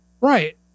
Right